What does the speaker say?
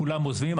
כולם עוזבים?